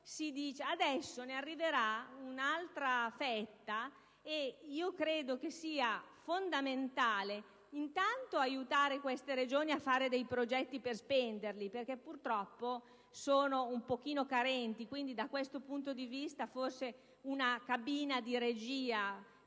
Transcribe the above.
Adesso ne arriverà un'altra fetta e io credo che sia fondamentale intanto aiutare queste Regioni a fare dei progetti per spenderli, perché purtroppo sono un pochino carenti. Da questo punto di vista, quindi, forse una cabina di regia